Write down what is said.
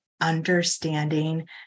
understanding